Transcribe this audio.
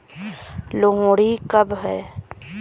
लोहड़ी कब है?